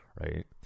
right